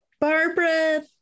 Barbara